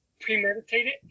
premeditated